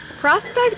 Prospect